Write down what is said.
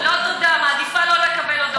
לא תודה, מעדיפה לא לקבל הודעות.